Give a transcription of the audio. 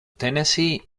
tennessee